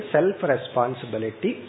Self-responsibility